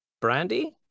brandy